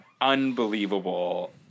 unbelievable